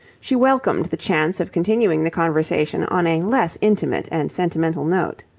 she welcomed the chance of continuing the conversation on a less intimate and sentimental note.